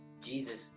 Jesus